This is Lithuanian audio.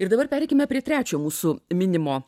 ir dabar pereikime prie trečio mūsų minimo